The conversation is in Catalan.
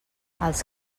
els